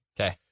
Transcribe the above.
Okay